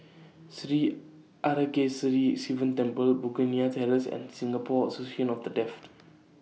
Sri Arasakesari Sivan Temple Begonia Terrace and Singapore Association of The Deaf